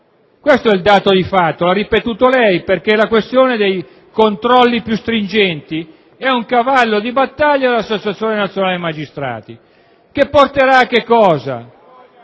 questo è il dato di fatto. L'ha ripetuto lei perché la questione dei controlli più stringenti è un cavallo di battaglia dell'Associazione nazionale magistrati. Qual è